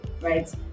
right